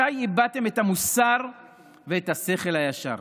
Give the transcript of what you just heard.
מתי איבדתם את המוסר ואת השכל הישר?